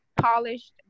polished